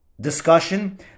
discussion